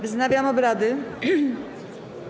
Wznawiam obrady.